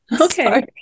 Okay